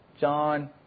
John